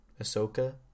ahsoka